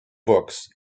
books